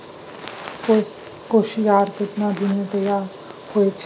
कोसियार केतना दिन मे तैयार हौय छै?